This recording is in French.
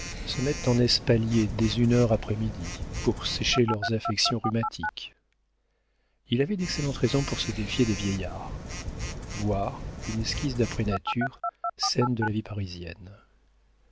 se mettent en espalier dès une heure après midi pour sécher leurs affections rhumatiques il avait d'excellentes raisons pour se défier des vieillards voir une esquisse d'après nature scènes de la vie parisienne